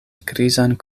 grizan